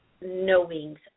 knowings